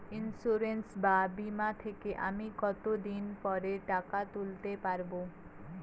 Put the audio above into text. Insurance বা বিমা থেকে আমি কত দিন পরে টাকা তুলতে পারব?